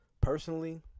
personally